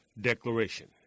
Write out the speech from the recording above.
Declaration